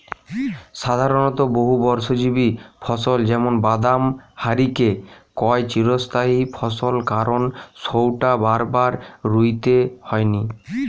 সাধারণত বহুবর্ষজীবী ফসল যেমন বাদাম হারিকে কয় চিরস্থায়ী ফসল কারণ সউটা বারবার রুইতে হয়নি